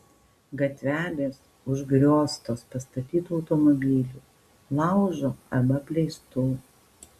gatvelės užgrioztos pastatytų automobilių laužo arba apleistų